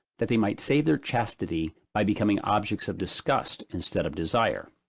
that they might save their chastity by becoming objects of disgust instead of desire.